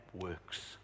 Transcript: works